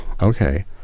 Okay